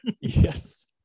Yes